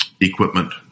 equipment